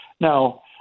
Now